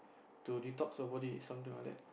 to detox your body something like that